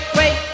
wait